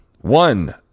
one